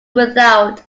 without